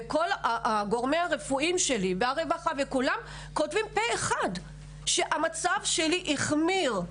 כל הגורמים הרפואיים שלי והרווחה וכולם כותבים פה אחד שהמצב שלי החמיר,